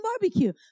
barbecue